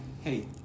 Hey